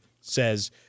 says